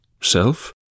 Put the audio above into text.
self